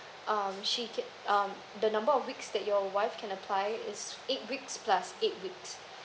um she get um the number of weeks that your wife can apply is eight weeks plus eight weeks